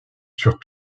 sur